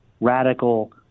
radical